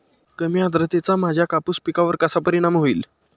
कमी आर्द्रतेचा माझ्या कापूस पिकावर कसा परिणाम होईल?